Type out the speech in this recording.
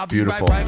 Beautiful